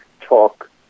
talk